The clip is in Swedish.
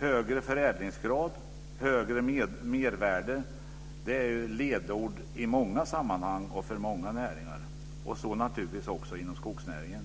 Högre förädlingsgrad och högre mervärde är ledord i många sammanhang och för många näringar, så naturligtvis också inom skogsnäringen.